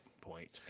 point